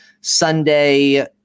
Sunday